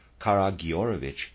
Karagiorovich